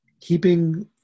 keeping